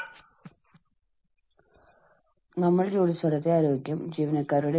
പിന്നെ നമ്മൾ മാനസിക സാമൂഹിക സുരക്ഷയെക്കുറിച്ച് സംസാരിക്കുന്നു